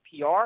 PR